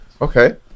Okay